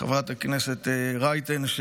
חברת הכנסת רייטן,